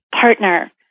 partner